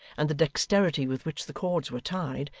and the dexterity with which the cords were tied,